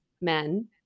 men